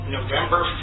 November